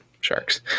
sharks